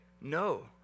No